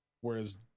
Whereas